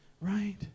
right